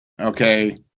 Okay